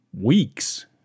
weeks